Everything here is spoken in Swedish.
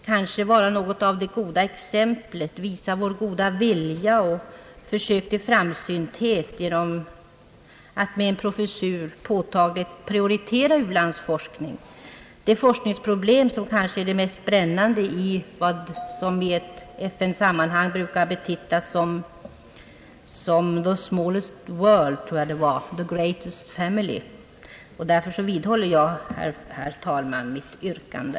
Det skulle kanske kunna bli ett gott exempel, kunna visa vår goda vilja och vårt försök till framsynthet genom att med en professur påtagligt prioritera u-landsforskning, det forskningsproblem som kanske är det mest brännande i den värld som i FN-sammanhang brukar betitlas som »The Smallest World, the Greatest Family». Därför, herr talman, vidhåller jag mitt yrkande.